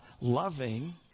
loving